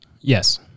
Yes